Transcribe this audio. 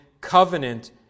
covenant